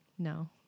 No